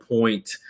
point